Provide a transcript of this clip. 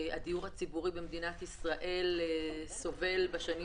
הדיור הציבורי במדינת ישראל סובל בשנים